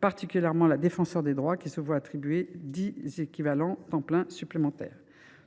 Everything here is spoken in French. particulièrement le Défenseur des droits, qui se voit accorder 10 équivalents temps plein supplémentaires.